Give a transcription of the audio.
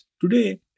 Today